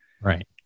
Right